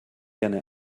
gerne